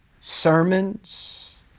sermons